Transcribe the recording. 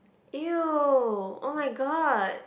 !eww! oh-my-god